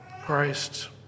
Christ